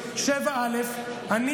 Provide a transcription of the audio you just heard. אבל אנחנו לא בסיטואציה של 7א. אדוני,